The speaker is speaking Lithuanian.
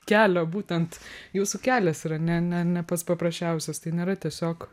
kelio būtent jūsų kelias yra ne ne ne pats paprasčiausias tai nėra tiesiog